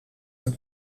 het